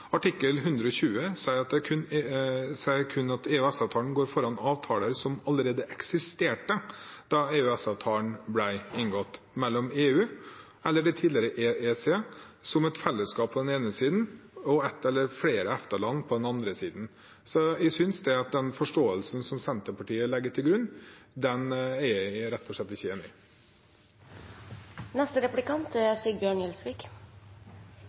Artikkel 120 sier kun at EØS-avtalen går foran avtaler som allerede eksisterte da EØS-avtalen ble inngått mellom EU – eller det tidligere EEC – som et fellesskap på den ene siden og ett eller flere EFTA-land på den andre siden. Den forståelsen som Senterpartiet legger til grunn, er jeg rett og slett ikke enig